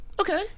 Okay